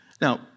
Now